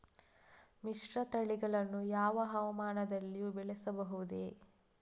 ಮಿಶ್ರತಳಿಗಳನ್ನು ಯಾವ ಹವಾಮಾನದಲ್ಲಿಯೂ ಬೆಳೆಸಬಹುದೇ?